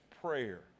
prayer